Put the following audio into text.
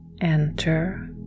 enter